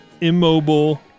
immobile